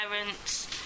parents